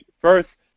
First